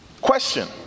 question